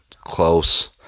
close